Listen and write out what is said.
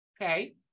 okay